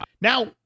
Now